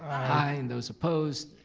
i and those opposed.